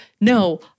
no